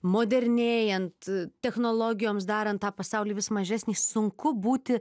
modernėjant technologijoms darant tą pasaulį vis mažesnį sunku būti